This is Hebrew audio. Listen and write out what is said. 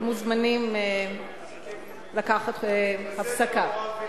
אתם מוזמנים לקחת הפסקה.